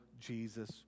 Jesus